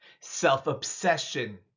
self-obsession